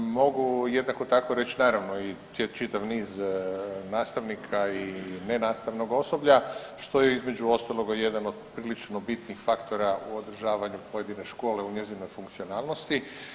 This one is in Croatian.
Mogu jednako tako reći naravno i čitav niz nastavnika i nenastavnog osoblja što je između ostaloga i jedan od prilično bitnih faktora u održavanju pojedine škole u njezinoj funkcionalnosti.